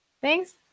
Thanks